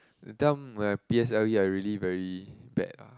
that time when I p_s_l_e are really very bad ah